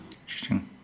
interesting